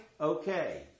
okay